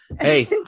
hey